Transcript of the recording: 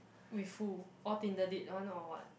with who oh Tinder date one on one